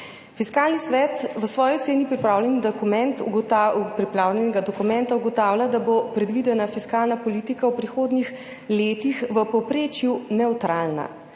Fiskalni svet v svoji oceni pripravljenega dokumenta ugotavlja, da bo predvidena fiskalna politika v prihodnjih letih v povprečju nevtralna.